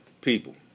People